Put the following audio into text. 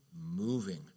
moving